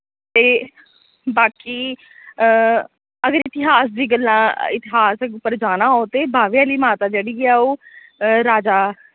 ते बाकि अगर इतिहास दी गल्लां इतिहास उप्पर जाना हो ते बावे आह्ली माता जेह्ड़ी ऐ ओह् राजा